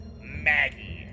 Maggie